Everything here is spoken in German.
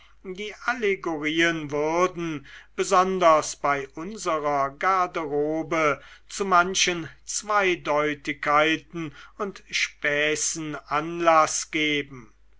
die allegorien würden besonders bei unserer garderobe zu manchen zweideutigkeiten und späßen anlaß geben